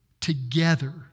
together